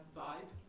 vibe